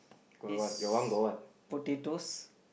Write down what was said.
this potatoes